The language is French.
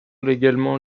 légalement